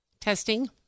Testing